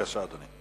בבקשה, אדוני.